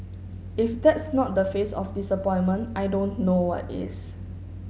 if that's not the face of disappointment I don't know what is